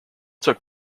took